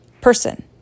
person